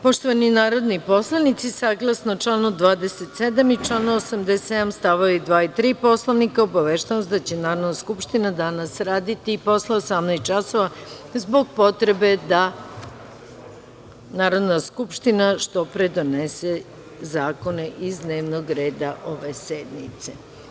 Poštovani narodni poslanici, saglasno članu 27. i članu 87. st. 2. i 3. Poslovnika, obaveštavam vas da će Narodna skupština danas raditi i posle 18.00 časova, zbog potrebe da Narodna skupština što pre donese zakone iz dnevnog reda ove sednice.